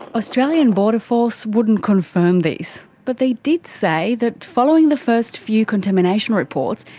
australian border force wouldn't confirm this, but they did say that following the first few contamination reports,